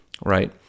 right